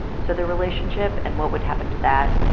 so their relationship and what would happen to that,